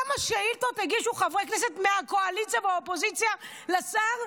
כמה שאילתות הגישו חברי כנסת מהקואליציה ומהאופוזיציה לשר?